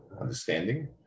understanding